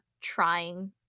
trying